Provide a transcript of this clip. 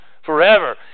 Forever